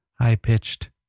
high-pitched